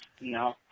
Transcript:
No